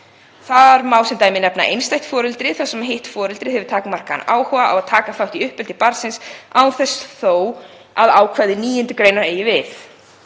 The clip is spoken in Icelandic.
Þar má sem dæmi nefna einstætt foreldri þar sem hitt foreldrið hefur takmarkaðan áhuga á að taka þátt í uppeldi barnsins án þess þó að ákvæði 9. gr. eigi við.